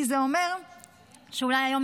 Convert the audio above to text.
כי זה אומר שאולי היום,